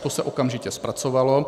To se okamžitě zpracovalo.